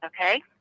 okay